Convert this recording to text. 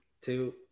two